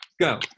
go